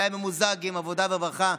והוא היה ממוזג עם עבודה ורווחה,